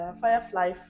firefly